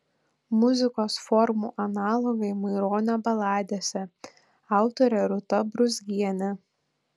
muzikos formų analogai maironio baladėse autorė rūta brūzgienė